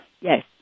Yes